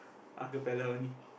acapella only